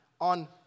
on